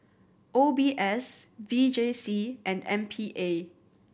O B S V J C and M P A